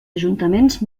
ajuntaments